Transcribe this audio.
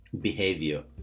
behavior